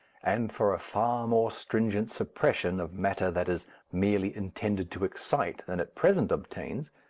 and for a far more stringent suppression of matter that is merely intended to excite than at present obtains,